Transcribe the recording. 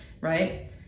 right